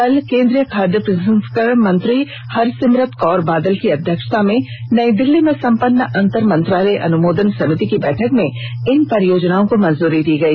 कल केंद्रीय खाद्य प्रसंस्करण मंत्री हरसिमरत कौर बादल की अध्य्क्षता में नई दिल्ली में संपन्न अंतर मंत्रालय अनुमोदन समिति की बैठक में इन परियोजनाओं को मंजूरी दी गई